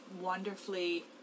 wonderfully